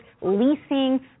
leasing